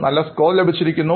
നല്ല സ്കോർ ലഭിച്ചിരിക്കുന്നു